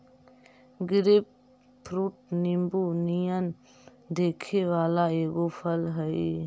grapefruit नींबू नियन दिखे वला एगो फल हई